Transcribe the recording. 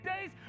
days